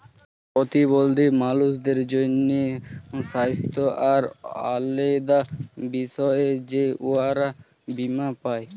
পরতিবল্ধী মালুসদের জ্যনহে স্বাস্থ্য আর আলেদা বিষয়ে যে উয়ারা বীমা পায়